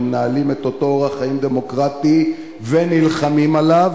מנהלים את אותו אורח חיים דמוקרטי ונלחמים עליו,